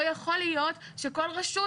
לא יכול להיות שכל רשות,